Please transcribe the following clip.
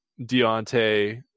Deontay